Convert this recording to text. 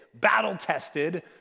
battle-tested